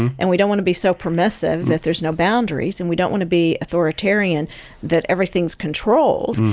and we don't want to be so permissive that there's no boundaries, and we don't want to be authoritarian that everything's controlled,